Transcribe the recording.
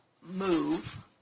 move